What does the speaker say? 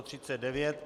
39.